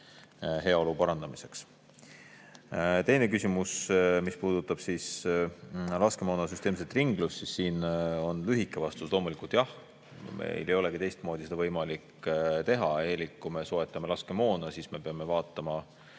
heaolu parandamiseks. Teine küsimus, mis puudutab laskemoona süsteemset ringlust – siin on lühike vastus jah. Meil ei olegi teistmoodi seda võimalik teha, elik kui me soetame laskemoona, siis me peame vaatama,